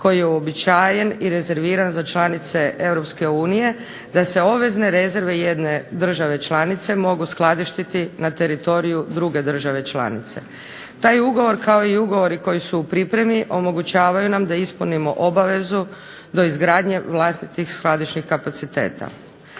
koji je uobičajen i rezerviran za članice Europske unije, da se obvezne rezerve jedne države članice mogu skladištiti na teritoriju druge države članice. Taj ugovor kao i ugovori koji su u pripremi omogućavaju nam da ispunimo obavezu do izgradnje vlastitih skladišnih kapaciteta.